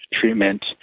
treatment